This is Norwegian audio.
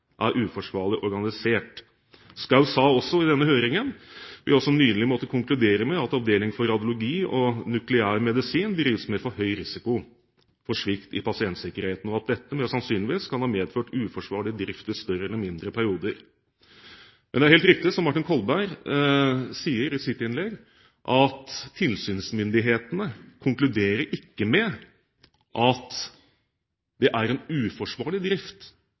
er uforsvarlig organisert. Schou sa også i denne høringen: «Vi har også nylig måttet konkludere med at Avdeling for radiologi og nukleærmedisin drives med for høy risiko for svikt i pasientsikkerheten, og at dette med sannsynlighet kan ha medført uforsvarlig drift i større eller mindre perioder.» Det er likevel helt riktig som Martin Kolberg sier i sitt innlegg, at tilsynsmyndighetene konkluderer ikke med at det er en uforsvarlig drift